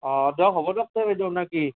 অঁ দিয়ক হ'ব দিয়ক তেনে বাইদেউ নে কি